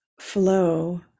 flow